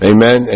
Amen